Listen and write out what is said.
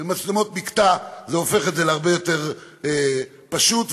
במצלמות מקטע זה הופך את זה להרבה יותר פשוט ויעיל,